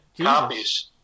copies